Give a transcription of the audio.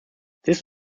this